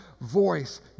voice